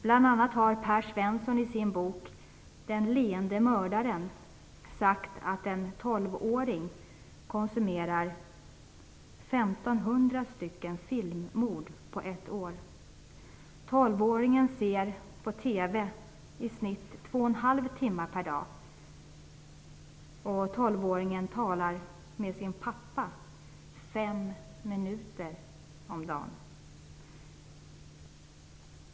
Bl.a. har Per Svensson i sin bok Den leende mördaren sagt att en 12-åring konsumerar 1 500 filmmord på ett år. 12-åringen ser på TV i snitt två och en halv timme per dag. 12-åringen talar med sin pappa fem minuter om dagen.